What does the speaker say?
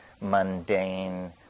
mundane